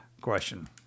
question